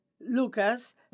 Lucas